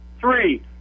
Three